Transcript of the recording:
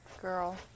girl